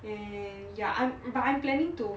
eh I'm but I'm planning to